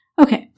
Okay